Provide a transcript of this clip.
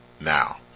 now